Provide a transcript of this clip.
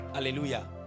hallelujah